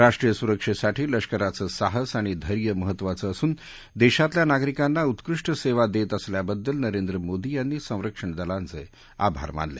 राष्ट्रीय सुरक्षेसाठी लष्कराचं साहस आणि धैर्य महत्वाचं असून देशातल्या नागरिकांना उत्कृष्ट सेवा देत असल्याबद्दल नरेंद्र मोदी यांनी संरक्षण दलांचे आभार मानले